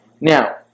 now